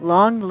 Long